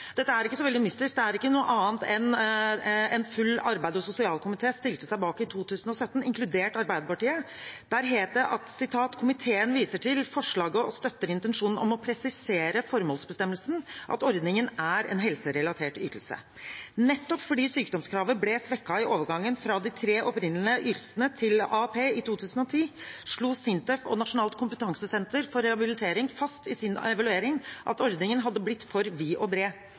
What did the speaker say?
Dette er ikke så veldig mystisk, det er ikke noe annet enn det hele arbeids- og sosialkomiteen stilte seg bak i 2017, inkludert Arbeiderpartiet. Der het det at: «Komiteen viser til forslaget og støtter intensjonen om å presisere i formålsbestemmelsen at ordningen er en helserelatert ytelse.» Nettopp fordi sykdomskravet ble svekket i overgangen fra de tre opprinnelige ytelsene til AAP i 2010, slo SINTEF og Nasjonalt kompetansesenter for arbeidsrettet rehabilitering fast i sin evaluering at ordningen hadde blitt for vid og bred.